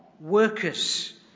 Workers